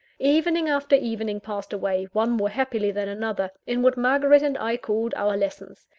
evening after evening passed away one more happily than another in what margaret and i called our lessons.